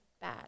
bad